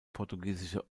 portugiesische